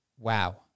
Wow